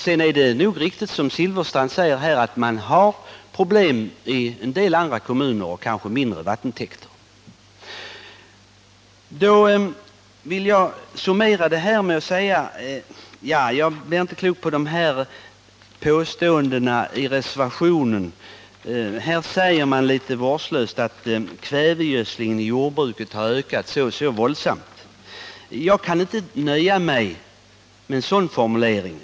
Men det är riktigt, som Bengt Silfverstrand säger, att man har problem i en del andra kommuner med mindre vattentäkter. Jag blir inte klok på påståendena i reservationen. Där säger man litet vårdslöst att kvävegödslingen i jordbruket har ökat våldsamt. Jag kan inte nöja mig med en sådan formulering.